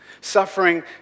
Suffering